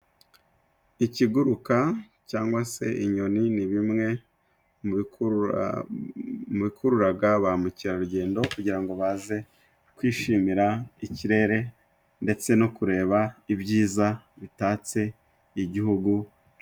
Ikiguruka cyangwa se inyoni ni bimwe mubikurura mubikururaga ba mukerarugendo kugira ngo baze kwishimira ikirere ndetse no kureba ibyiza bitatse igihugu.